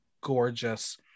gorgeous